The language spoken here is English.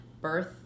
birth